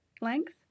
length